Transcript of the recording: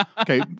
Okay